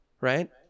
right